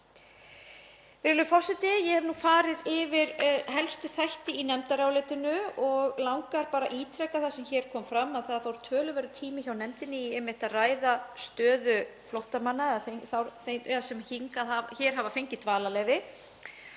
Virðulegur forseti. Ég hef nú farið yfir helstu þætti í nefndarálitinu og langar að ítreka það sem hér kom fram, að það fór töluverður tími hjá nefndinni í að ræða stöðu flóttamanna eða þeirra sem hér hafa fengið dvalarleyfi.